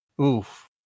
Oof